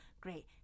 Great